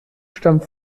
stammt